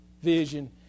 vision